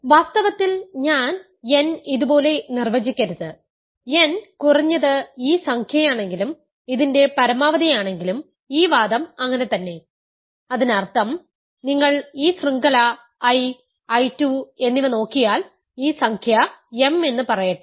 വാസ്തവത്തിൽ ഞാൻ n ഇതുപോലെ നിർവചിക്കരുത് n കുറഞ്ഞത് ഈ സംഖ്യയാണെങ്കിലും ഇതിന്റെ പരമാവധിയാണെങ്കിലും ഈ വാദം അങ്ങനെ തന്നെ അതിനർത്ഥം നിങ്ങൾ ഈ ശൃംഖല I I 2 എന്നിവ നോക്കിയാൽ ഈ സംഖ്യ m എന്ന് പറയട്ടെ